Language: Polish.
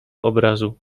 obrazu